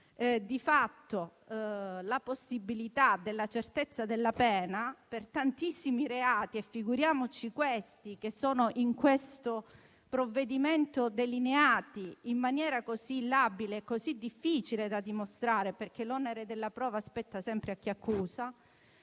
di fatto la possibilità della certezza della pena per tantissimi reati - figuriamoci per quelli in esame, che in questo provvedimento vengono delineati in maniera molto labile e difficile da dimostrare, perché l'onere della prova spetta sempre a chi accusa